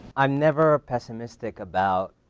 i'm never pessimistic about